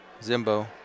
Zimbo